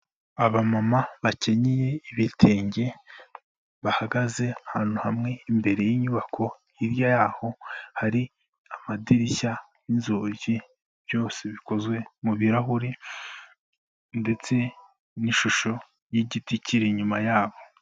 Abamama bakenyeye ibitenge bahagaze ahantu hamwe imbere y'inyubako, hirya yaho hari amadirishya, inzugi byose bikozwe mu birahuri ndetse n'ishusho y'igiti kiri inyuma yabo.